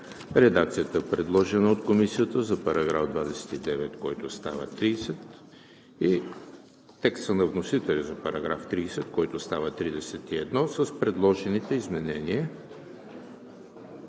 редакцията, предложена от Комисията за § 29, който става § 30 и текста на вносителя за § 30, който става 31, с предложените изменения